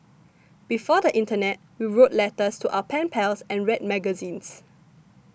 before the internet we wrote letters to our pen pals and read magazines